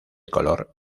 color